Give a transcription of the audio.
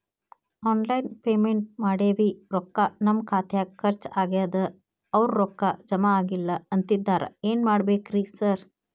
Online payment ಮಾಡೇವಿ ರೊಕ್ಕಾ ನಮ್ ಖಾತ್ಯಾಗ ಖರ್ಚ್ ಆಗ್ಯಾದ ಅವ್ರ್ ರೊಕ್ಕ ಜಮಾ ಆಗಿಲ್ಲ ಅಂತಿದ್ದಾರ ಏನ್ ಮಾಡ್ಬೇಕ್ರಿ ಸರ್?